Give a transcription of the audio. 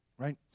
Right